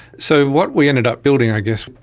so what we ended up building i guess,